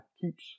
keeps